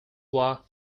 war